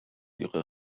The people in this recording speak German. ihre